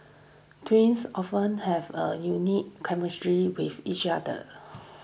twins often have a unique chemistry with each other